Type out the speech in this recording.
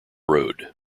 road